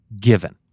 given